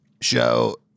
show